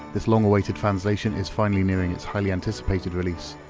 this long-awaited fanslation is finally nearing its highly anticipated release.